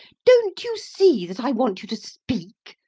don't you see that i want you to speak,